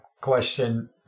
question